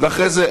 ואחרי זה,